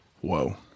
Whoa